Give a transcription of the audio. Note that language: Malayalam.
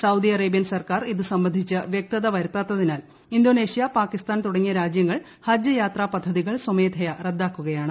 സൌദി അറേബ്യൻ സർക്കാർ ഇതു സംബന്ധിച്ച് വ്യക്തത വരുത്താത്തതിനാൽ ഇന്തോനേഷ്യ പാകിസ്ഥാൻ തുടങ്ങിയ രാജ്യങ്ങൾ ഹജ്ജ് യാത്രാ പദ്ധതികൾ സ്വമേധയാ റദ്ദാക്കുകയാണ്